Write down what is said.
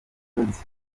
polisi